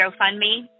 GoFundMe